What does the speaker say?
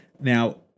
now